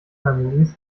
families